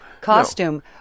costume